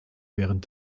während